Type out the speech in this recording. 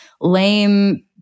lame